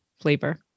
flavor